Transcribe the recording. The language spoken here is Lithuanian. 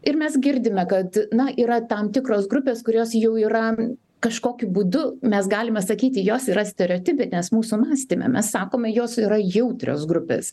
ir mes girdime kad na yra tam tikros grupės kurios jau yra kažkokiu būdu mes galima sakyti jos yra stereotipinės mūsų mąstyme mes sakome jos yra jautrios grupės